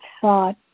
thought